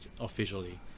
officially